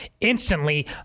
instantly